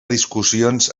discussions